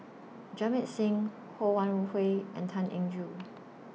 Jamit Singh Ho Wan Hui and Tan Eng Joo